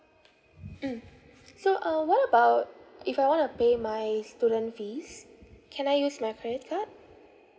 mm so uh what about if I want to pay my student fees can I use my credit card